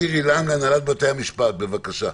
שירי לנג, הנהלת בתי המשפט, בבקשה.